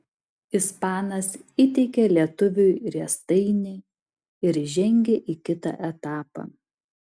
ispanas įteikė lietuviui riestainį ir žengė į kitą etapą